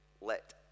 Let